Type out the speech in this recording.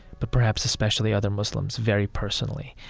but perhaps especially other muslims, very personally.